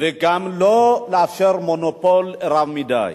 וגם לא לאפשר מונופול רב מדי.